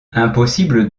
impossible